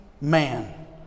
man